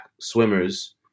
swimmers